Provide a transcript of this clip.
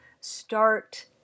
start –